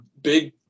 big